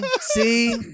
See